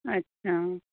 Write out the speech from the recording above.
अच्छा